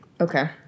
Okay